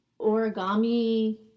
origami